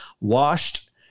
WASHED